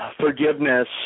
forgiveness